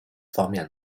方面